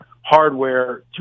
Hardware